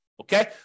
Okay